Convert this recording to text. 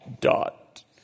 dot